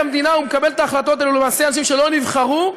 המדינה ומקבלים את ההחלטות אלה למעשה אנשים שלא נבחרו,